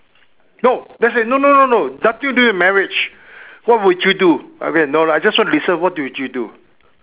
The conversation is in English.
no let's say no no no no nothing to do with marriage what would you do okay no lah I just want to listen what would you do